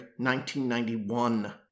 1991